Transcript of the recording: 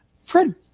Fred